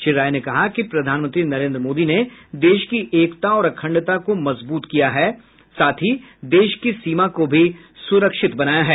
श्री राय ने कहा कि प्रधानमंत्री नरेन्द्र मोदी ने देश की एकता और अखंडता को मजबूत किया है और साथ ही देश की सीमा सुरक्षित हुई है